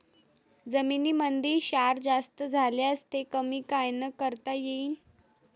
जमीनीमंदी क्षार जास्त झाल्यास ते कमी कायनं करता येईन?